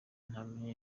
ntamenya